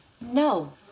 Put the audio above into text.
No